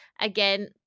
again